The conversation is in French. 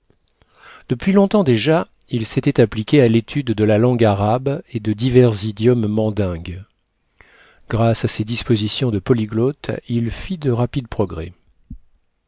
depuis longtemps déjà il s'était appliqué à l'étude de la langue arabe et de divers idiomes mandingues grâce à ses dispositions de polyglotte il fit de rapides progrès